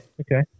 Okay